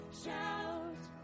shout